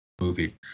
movie